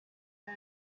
زنگ